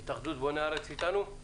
התאחדות בוני הארץ איתנו?